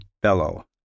bellow